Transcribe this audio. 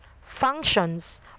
functions